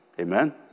Amen